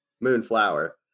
Moonflower